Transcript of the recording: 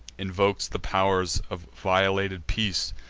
invokes the pow'rs of violated peace,